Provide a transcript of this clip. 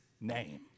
name